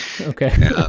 okay